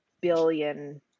billion